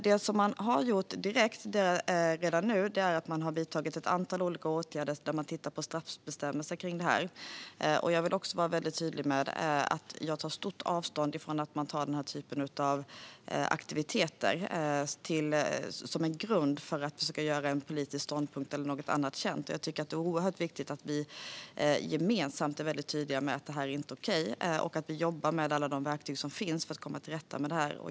Det som man har gjort direkt redan nu är att man har vidtagit ett antal olika åtgärder där man tittar på straffbestämmelser för detta. Jag vill vara väldigt tydlig med att jag tar stort avstånd från att man gör den här typen av aktiviteter som en grund för att försöka göra en politisk ståndpunkt eller någonting annat känt. Det är oerhört viktigt att vi gemensamt är väldigt tydliga med att det inte är okej och att vi jobbar med alla de verktyg som finns för att komma till rätta med det.